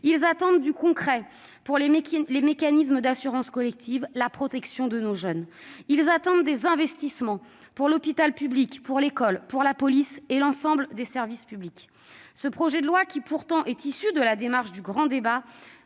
attendent du concret pour les mécanismes d'assurance collective, la protection de nos jeunes. Ils attendent des investissements pour l'hôpital public, pour l'école, pour la police et pour l'ensemble des services publics. Ce projet de loi, qui s'inscrit pourtant dans la démarche du grand débat